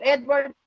Edward